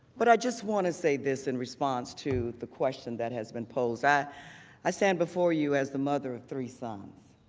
but i want to say this in response to the question that has been post. i i stand before you as the mother of three sons.